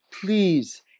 please